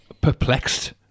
perplexed